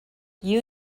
you